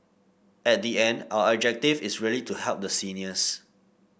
at the end our objective is really to help the seniors